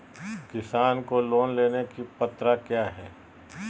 किसान को लोन लेने की पत्रा क्या है?